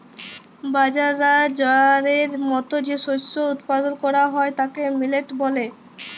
বাজরা, জয়ারের মত যে শস্য উৎপাদল ক্যরা হ্যয় তাকে মিলেট ব্যলে